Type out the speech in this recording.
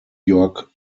york